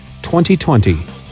2020